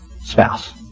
spouse